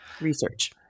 research